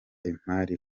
imari